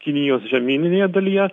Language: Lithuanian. kinijos žemyninėje dalyje